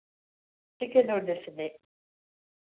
chicken നൂഡിൽസിൻ്റെ